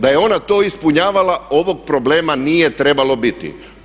Da je ona to ispunjavala ovog problema nije trebalo biti.